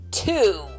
Two